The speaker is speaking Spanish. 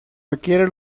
adquiere